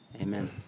Amen